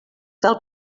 del